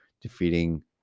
defeating